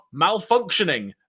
malfunctioning